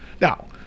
now